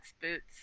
boots